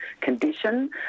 condition